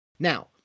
Now